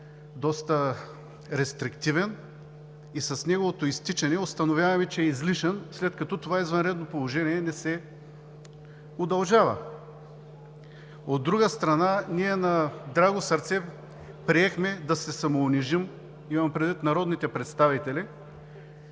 доста рестриктивен и с неговото изтичане установяваме, че е излишен, след като това извънредно положение не се удължава. От друга страна, на драго сърце приехме да се самоунижим – имам предвид народните представители,